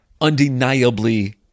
undeniably